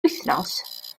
wythnos